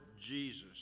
jesus